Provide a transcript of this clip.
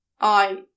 I